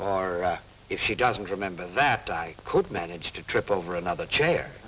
car if she doesn't remember that i could manage to trip over another chair